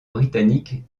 britannique